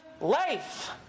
life